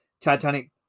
titanic